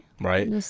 right